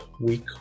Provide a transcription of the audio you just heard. week